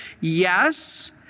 Yes